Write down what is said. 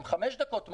הן חמש דקות מענה.